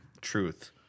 Truth